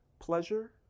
Pleasure